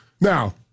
Now